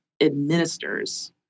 administers